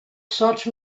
such